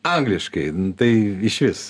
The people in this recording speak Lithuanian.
angliškai tai išvis